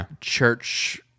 church